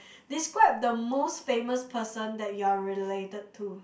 describe the most famous person that you are related to